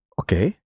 Okay